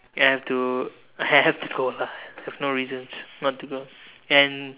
ya I have to I have have to go lah I have no reasons not to go and